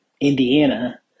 Indiana